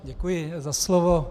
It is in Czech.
Děkuji za slovo.